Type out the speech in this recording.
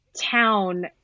town